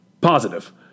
Positive